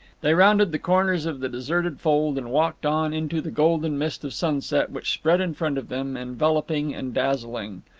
they rounded the corners of the deserted fold, and walked on into the golden mist of sunset which spread in front of them, enveloping and dazzling.